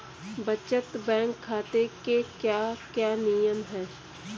बचत बैंक खाते के क्या क्या नियम हैं?